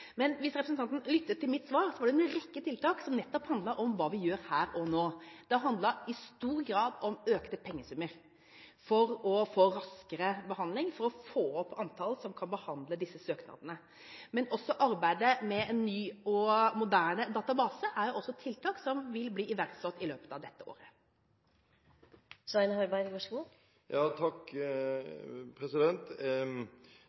Hvis representanten lyttet til mitt svar, var det en rekke tiltak som nettopp handlet om hva vi gjør her og nå. Det handlet i stor grad om økte pengesummer for å få raskere behandling, for å få opp antallet som skal behandle disse søknadene. Men også arbeidet med en ny og moderne database er tiltak som vil bli iverksatt i løpet av dette året.